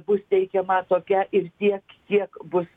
bus teikiama tokia ir tiek kiek bus